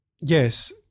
yes